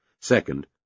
second